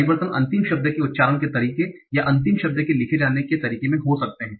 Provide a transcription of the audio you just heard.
परिवर्तन अंतिम शब्द के उच्चारण के तरीके या अंतिम शब्द के लिखे जाने के तरीके में हो सकते हैं